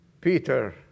Peter